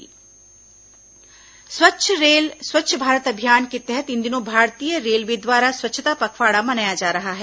railway स्वच्छता पखवाड़ा स्वच्छ रेल स्वच्छ भारत अभियान के तहत इन दिनों भारतीय रेलवे द्वारा स्वच्छता पखवाड़ा मनाया जा रहा है